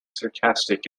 sarcastic